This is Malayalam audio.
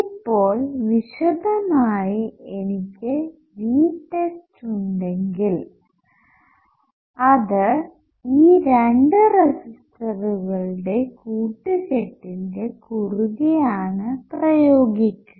ഇപ്പോൾ വിശദമായി എനിക്ക് Vtest ഉണ്ടെങ്കിൽ അത് ഈ രണ്ടു റെസിസ്റ്ററുകളുടെ കൂട്ടുകെട്ടിന്റെ കുറുകെ ആണ് പ്രയോഗിക്കുക